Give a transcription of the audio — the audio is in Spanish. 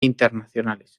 internacionales